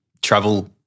travel